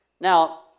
Now